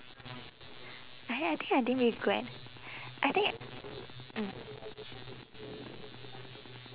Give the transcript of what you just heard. and then I think I didn't regret I think mm